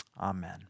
Amen